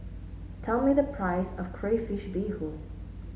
tell me the price of Crayfish Beehoon